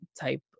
type